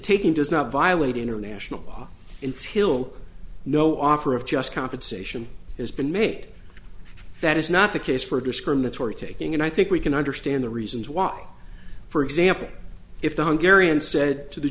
taking does not violate international law until no offer of just compensation has been made that is not the case for discriminatory taking and i think we can understand the reasons why for example if one carrion said to the